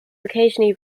occasionally